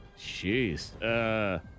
Jeez